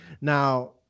Now